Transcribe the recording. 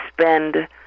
spend